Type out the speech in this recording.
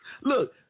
Look